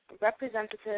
representative